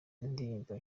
indirimbo